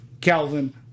Calvin